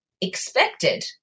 expected